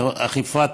אכיפת